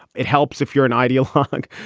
it helps if you're an ideal holic.